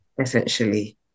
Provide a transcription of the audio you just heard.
essentially